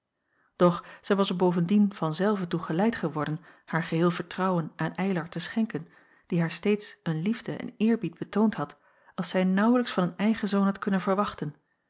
doch zij was er bovendien van zelve toe geleid geworden haar geheel vertrouwen aan eylar te schenken die haar steeds een liefde en eerbied betoond had als zij naauwlijks van een eigen zoon had kunnen verwachten